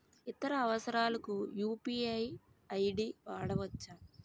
ఇతర అవసరాలకు UPI ID వాడవచ్చా?